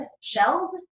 shelled